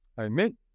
Amen